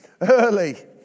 Early